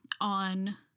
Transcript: on